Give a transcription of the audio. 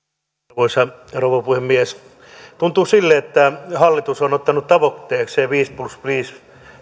arvoisa rouva puhemies tuntuu sille että hallitus on ottanut tavoitteekseen viisi plus viisi